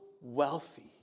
wealthy